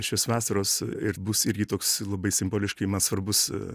šios vasaros ir bus irgi toks labai simboliškai man svarbus